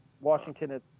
Washington